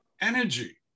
Energy